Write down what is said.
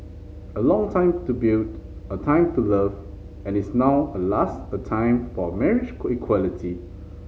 a long time to build a time to love and is now at last a time for marriage equality